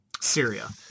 Syria